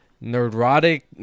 Neurotic